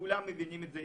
כולם מבינים את זה,